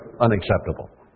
unacceptable